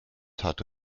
hatte